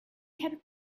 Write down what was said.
kept